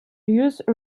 use